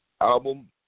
album